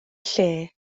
lle